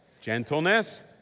gentleness